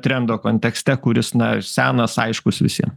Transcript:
trendo kontekste kuris na senas aiškus visiem